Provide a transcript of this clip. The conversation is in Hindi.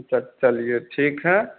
अच्छा चलिए ठीक है